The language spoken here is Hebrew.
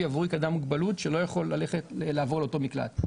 עבור אדם עם מוגבלות שלא יכול לעבור לאותו מקלט.